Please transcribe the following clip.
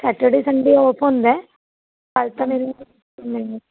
Saturday Sunday off ਹੁੰਦਾ ਕੱਲ੍ਹ ਤਾਂ ਮੈਨੂੰ ਨਹੀਂ